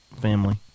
family